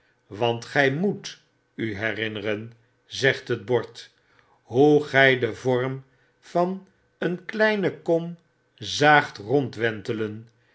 want gy m oe t u herinneren zegt het bord hoe gy den vorm van een kleine kom zaagt rondwentelen